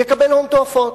יקבל הון תועפות.